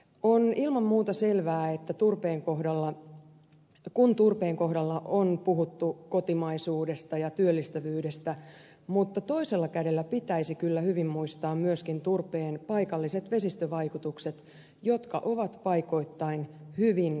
on ilman muuta selvää että turpeen kohdallaan tukun turpeen kohdalla on puhuttu kotimaisuudesta ja työllistävyydestä mutta toisella kädellä pitäisi kyllä hyvin muistaa myöskin turpeen paikalliset vesistövaikutukset jotka ovat paikoittain hyvin vakavia